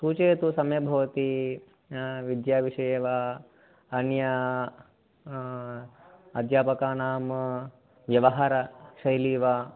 सूचयतु सम्यग्भवति विद्याविषये वा अन्य अध्यापकानां व्यवहारशैली वा